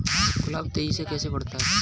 गुलाब तेजी से कैसे बढ़ता है?